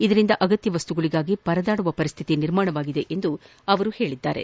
ಇದರಿಂದ ಅಗತ್ಯ ವಸ್ತುಗಳಿಗಾಗಿ ಪರದಾಡುವ ಪರಿಶ್ಥಿತಿ ನಿರ್ಮಾಣವಾಗಿದೆ ಎಂದು ಹೇಳಿದ್ದಾರೆ